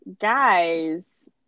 guys